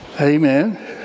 Amen